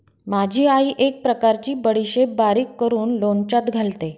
माझी आई एक प्रकारची बडीशेप बारीक करून लोणच्यात घालते